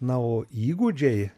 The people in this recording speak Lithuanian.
na o įgūdžiai